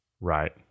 right